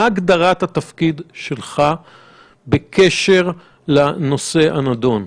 מה הגדרת התפקיד שלך בקשר לנושא הנדון?